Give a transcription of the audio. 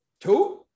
two